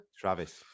Travis